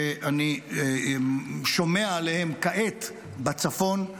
שאני שומע עליהם כעת בצפון,